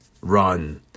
run